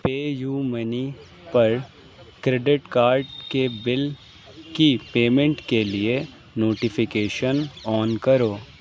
pay you money پر credit card کے bill کی پیمنٹ کے لیے نوٹیفیکیشن آن کرو